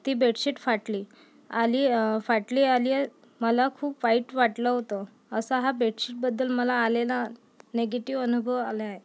ती बेडशीट फाटली आली फाटली आली मला खूप वाईट वाटलं होतं असा हा बेडशीटबद्दल मला आलेला नेगेटीव अनुभव आला आहे